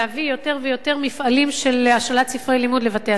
יותר ויותר מפעלים של השאלת ספרי לימוד לבתי-הספר.